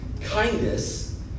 Kindness